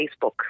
Facebook